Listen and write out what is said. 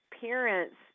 parents